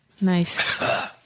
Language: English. Nice